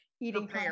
eating